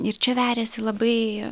ir čia veriasi labai